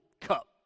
cup